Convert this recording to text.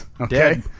okay